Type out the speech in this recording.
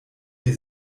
die